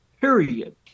period